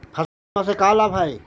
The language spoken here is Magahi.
फसल बीमा से का लाभ है?